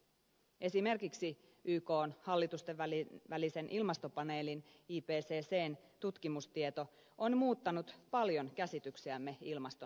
esimerkiksi ykn hallitustenvälisen ilmastopaneelin ipccn tutkimustieto on muuttanut paljon käsityksiämme ilmaston nykytilasta